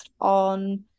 on